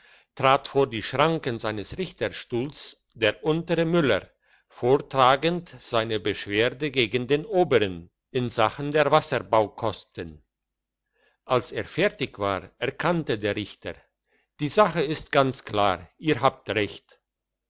trat vor die schranken seines richterstuhls der untere müller vortragend seine beschwerden gegen den obern in sachen der wasserbaukosten als er fertig war erkannte der richter die sache ist ganz klar ihr habt recht